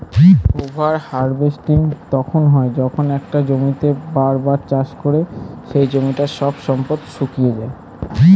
over harvesting তখন হয় যখন একটা জমিতেই বার বার চাষ করে সেই জমিটার সব সম্পদ শুষিয়ে যায়